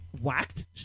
whacked